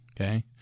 Okay